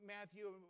Matthew